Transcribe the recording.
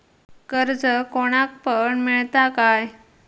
कर्ज कोणाक पण मेलता काय?